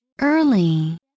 Early